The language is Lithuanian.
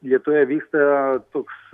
lietuvoje vyksta toks